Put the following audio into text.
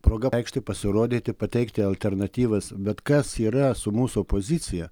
proga aikštėje pasirodyti pateikti alternatyvas bet kas yra su mūsų pozicija